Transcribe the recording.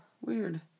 Weird